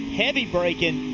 heavy braking,